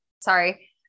Sorry